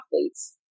athletes